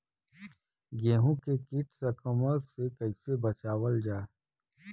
गेहूँ के कीट संक्रमण से कइसे बचावल जा?